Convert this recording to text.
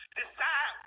decide